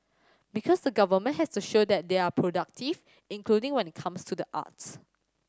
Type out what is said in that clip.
because the government has to show that they are productive including when it comes to the arts